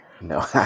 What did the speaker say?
No